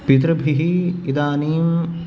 पितृभिः इदानीं